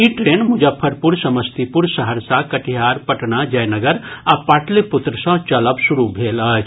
ई train Muzaffarpur Samastipur Saharsa Katihar Patna Jaynagar आ पाटलिपुत्र सँ चलब शुरू भेल अछि